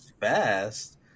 Fast